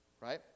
Right